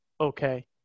Okay